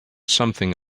something